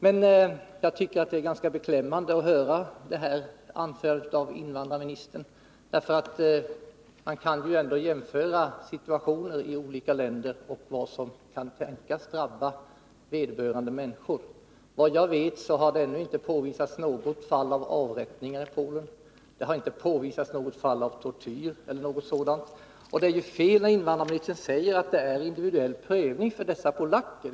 Men jag tycker att det är ganska beklämmande att höra det här anförandet av invandrarministern. Man kan ju ändå jämföra situationer i olika länder och vad som kan tänkas drabba vederbörande människor. Vad jag vet har det ännu inte påvisats några fall av avrättningar i Polen. Det har inte påvisats något fall av tortyr eller någonting sådant. Men det är ju fel när invandrarministern säger att det är en individuell prövning för dessa polacker.